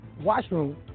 washroom